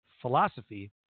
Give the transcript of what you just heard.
philosophy